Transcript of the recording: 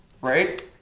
Right